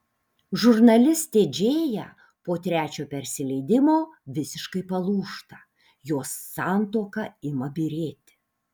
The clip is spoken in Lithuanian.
žurnalistė džėja po trečio persileidimo visiškai palūžta jos santuoka ima byrėti